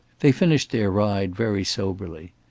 they finished their ride very soberly.